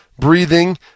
Breathing